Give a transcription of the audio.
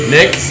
Nick